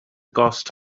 gost